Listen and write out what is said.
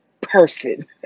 person